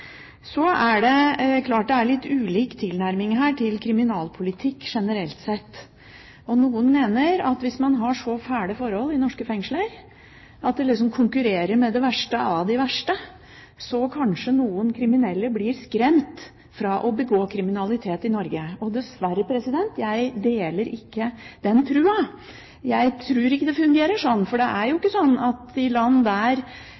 er klart litt ulik tilnærming her til kriminalpolitikk generelt sett. Noen mener at hvis man har så fæle forhold i norske fengsler at det liksom konkurrerer med det verste av de verste, så kanskje noen kriminelle blir skremt fra å begå kriminalitet i Norge. Dessverre, jeg deler ikke den troen. Jeg tror ikke det fungerer sånn, for det er ikke sånn at i land der